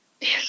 Yes